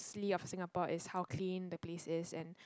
~ly of Singapore is how clean the place is and